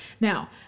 Now